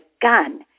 gun